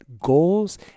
goals